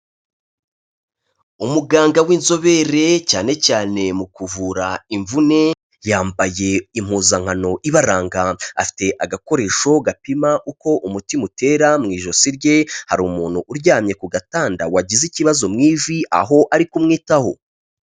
Umuganga w'inzobere cyane cyane mu kuvura imvune yambaye impuzankano ibaranga, afite agakoresho gapima uko umutima utera mu ijosi rye, hari umuntu uryamye ku gatanda wagize ikibazo mu ivi aho ari kumwitaho.